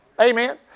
Amen